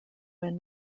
when